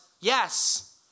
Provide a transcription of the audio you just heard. yes